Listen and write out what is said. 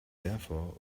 therefore